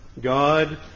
God